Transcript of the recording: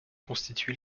constitue